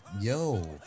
Yo